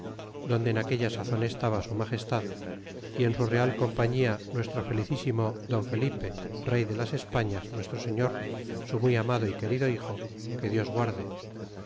donde en aquella sazon estaba su magestad y en su real compañía nuestro felicísimo don felipe rey de las españ as nuestro señor su muy amado y querido hijo que dios guarde